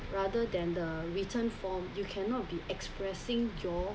rather than the written form you cannot be expressing joy